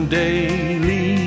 daily